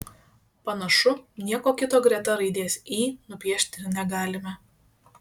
panašu nieko kito greta raidės y nupiešti ir negalime